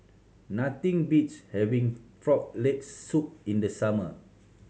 nothing beats having Frog Leg Soup in the summer